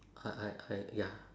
I I I ya